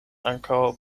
ankaŭ